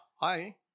hi